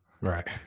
Right